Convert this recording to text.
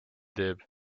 teeb